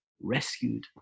rescued